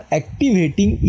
activating